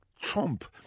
Trump